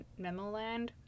Memeland